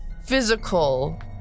physical